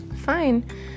Fine